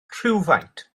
rhywfaint